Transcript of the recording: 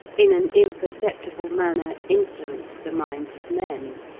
in an imperceptible manner, influence the minds of men.